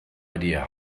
idea